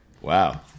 Wow